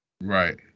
Right